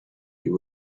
you